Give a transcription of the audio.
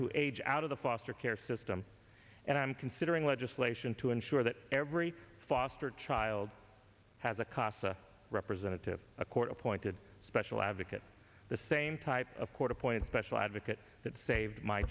who age out of the foster care system and i'm considering legislation to ensure that every foster child has a casa representative a court appointed special advocate the same type of court appointed special advocate